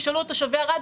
תשאלו את תושבי ערד,